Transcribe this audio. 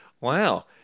Wow